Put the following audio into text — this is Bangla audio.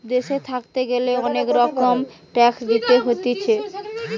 দেশে থাকতে গ্যালে অনেক রকমের ট্যাক্স দিতে হতিছে